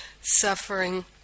suffering